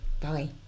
Bye